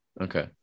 Okay